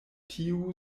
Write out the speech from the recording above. tiu